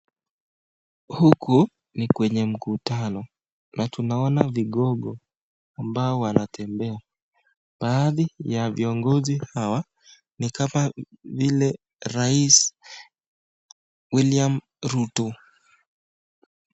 Huku ni kwenye mkutano na tunaona vigogo ambao wanatembea, baadhi ya viongozi hawa ni kama vile rais William Ruto.